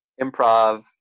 improv